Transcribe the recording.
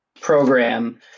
program